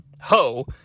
ho